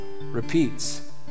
repeats